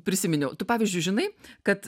prisiminiau tu pavyzdžiui žinai kad